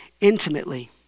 intimately